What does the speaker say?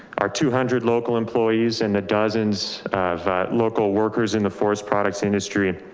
our two hundred local employees and the dozens of local workers in the forest products industry.